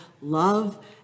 love